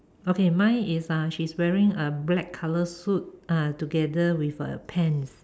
okay mine is she's wearing a black color suit uh together with a pants